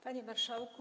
Panie Marszałku!